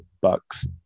Bucks